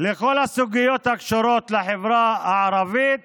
לכל הסוגיות הקשורות לחברה הערבית